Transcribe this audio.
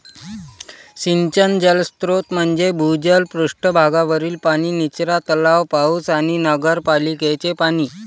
सिंचन जलस्रोत म्हणजे भूजल, पृष्ठ भागावरील पाणी, निचरा तलाव, पाऊस आणि नगरपालिकेचे पाणी